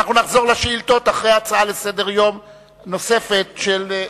אנחנו נחזור לשאילתות אחרי הצעה נוספת לסדר-היום.